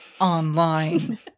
online